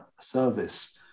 service